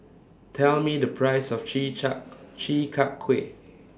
Tell Me The Price of Chi Char Chi Kak Kuih